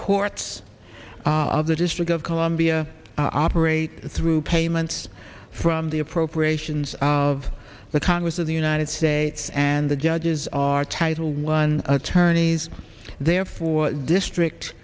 courts of the district of columbia operate through payments from the appropriations of the congress of the united states and the judges are title one attorneys therefore district